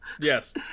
Yes